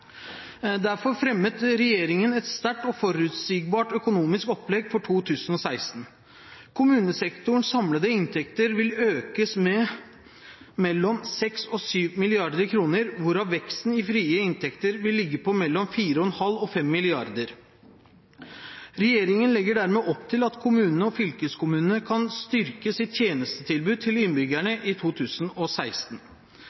Derfor fremmet regjeringen et sterkt og forutsigbart økonomisk opplegg for 2016. Kommunesektorens samlede inntekter vil øke med mellom 6 og 7 mrd. kr, hvorav veksten i frie inntekter vil ligge på mellom 4,5 og 5 mrd. kr. Regjeringen legger dermed opp til at kommunene og fylkeskommunene kan styrke sitt tjenestetilbud til innbyggerne i 2016.